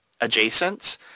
adjacent